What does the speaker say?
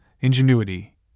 ingenuity